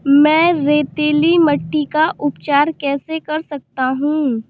मैं रेतीली मिट्टी का उपचार कैसे कर सकता हूँ?